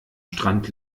strand